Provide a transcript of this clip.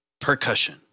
percussion